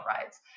rides